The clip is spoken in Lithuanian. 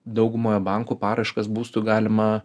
daugumoje bankų paraiškas būstų galima